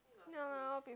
ya lah a lot of people